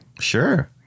Sure